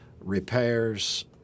Repairs